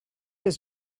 his